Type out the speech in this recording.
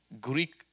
greek